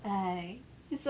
!hais!